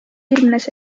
ilmnes